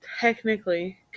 technically